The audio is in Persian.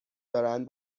دارن